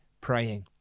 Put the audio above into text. praying